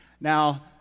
Now